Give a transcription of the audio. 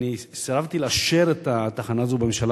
סירבתי לאשר את התחנה הזו בממשלה,